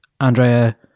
Andrea